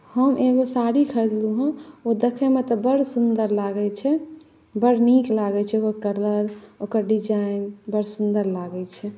हम एगो साड़ी खरीदलहुँ हँ ओ देखैमे तऽ बड़ सुन्दर लागै छै बड़ नीक लागै छै ओकर कलर ओकर डिजाइन बड़ सुन्दर लागैछै